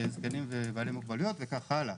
זקנים ובעלי מוגבלויות וכך הלאה.